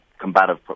combative